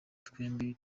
twembi